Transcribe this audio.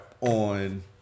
on